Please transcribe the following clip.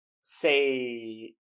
say